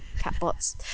CatBots